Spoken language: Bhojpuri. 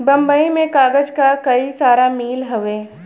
बम्बई में कागज क कई सारा मिल हउवे